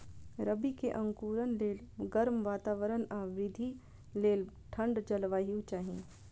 रबी के अंकुरण लेल गर्म वातावरण आ वृद्धि लेल ठंढ जलवायु चाही